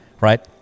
right